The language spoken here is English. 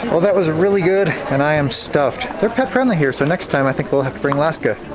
well, that was really good, and i am stuffed. they're pet-friendly here, so next time, i think we'll have to bring laska!